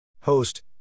Host